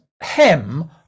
hem